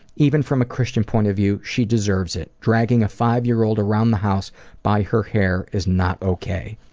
even from a christian point of view she deserves it. dragging a five year old around the house by her hair is not ok.